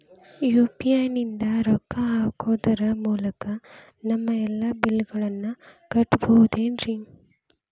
UPI ನಿಂದ ರೊಕ್ಕ ಹಾಕೋದರ ಮೂಲಕ ನಮ್ಮ ಎಲ್ಲ ಬಿಲ್ಲುಗಳನ್ನ ಕಟ್ಟಬಹುದೇನ್ರಿ?